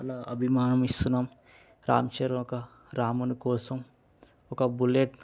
చాలా అభిమానం ఇస్తున్నాము రామ్చరణ్ ఒక రాముని కోసం ఒక బుల్లెట్